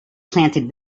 planted